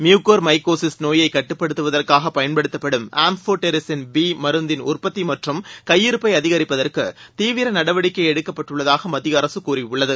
mucormycosis நோயைக் கட்டுப்படுத்துவதற்காகப் பயன்படுத்தப்படும் அம்ஃபோடெரிசின் பி மருந்தின் உற்பத்தி மற்றும் கையிருப்பை அதிகரிப்பதற்கு தீவிர நடவடிக்கை எடுக்கப்பட்டுள்ளதாக மத்திய அரசு கூறியுள்ளது